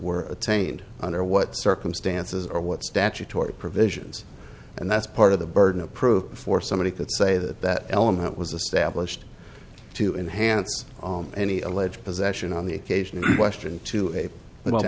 were attained under what circumstances or what statutory provisions and that's part of the burden of proof before somebody could say that that element was a stablished to inhance on any alleged possession on the occasion of question to a